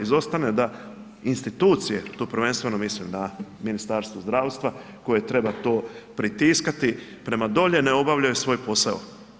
Izostane da institucije, tu prvenstveno mislim na Ministarstvo zdravstva koje to treba pritiskati prema dolje, ne obavljaju svoj posao.